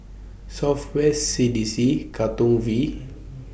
South West C D C Katong V